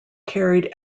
carried